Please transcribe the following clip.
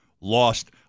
lost